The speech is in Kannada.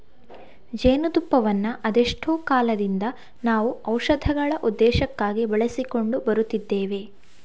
ಜೇನು ತುಪ್ಪವನ್ನ ಅದೆಷ್ಟೋ ಕಾಲದಿಂದ ನಾವು ಔಷಧಗಳ ಉದ್ದೇಶಕ್ಕಾಗಿ ಬಳಸಿಕೊಂಡು ಬರುತ್ತಿದ್ದೇವೆ